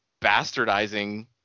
bastardizing